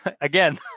again